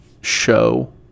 show